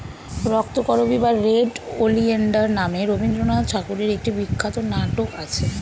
রক্তকরবী বা red oleander নামে রবিন্দ্রনাথ ঠাকুরের একটি বিখ্যাত নাটক আছে